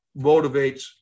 motivates